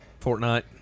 Fortnite